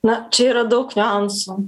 na čia yra daug niuansų